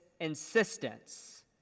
insistence